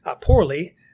poorly